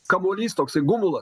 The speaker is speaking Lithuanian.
kamuolys toks gumulas